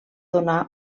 donar